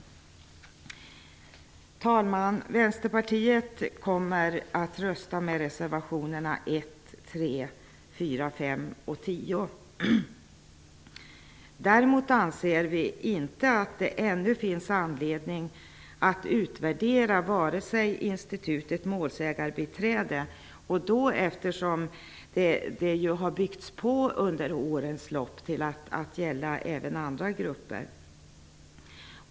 Herr talman! Vänsterpartiet kommer att rösta med reservationerna 1, 3, 4, 5 och 10. Vi anser att det inte ännu finns anledning att utvärdera institutet målsägarbiträde, eftersom det under årens belopp har byggts på till att gälla även andra grupper.